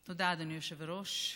תודה, אדוני היושב-ראש.